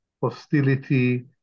hostility